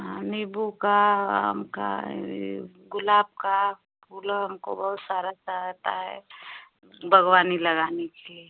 हाँ नींबू का आम का ये गुलाब का फूलो हमको बहुत सारा चाहता है बागवानी लगाने के लिए